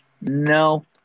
no